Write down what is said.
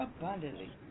abundantly